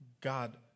God